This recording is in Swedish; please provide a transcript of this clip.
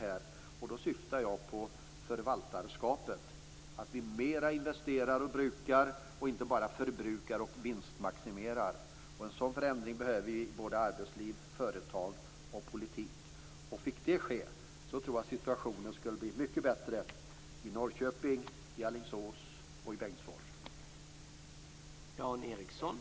Jag syftar på förvaltarskapet. Vi skall investera och bruka mer och inte bara förbruka och vinstmaximera. En sådan förändring behöver vi i både arbetsliv, företag och politik. Om det får ske tror jag situationen skulle bli mycket bättre i Norrköping, Alingsås och Bengtsfors.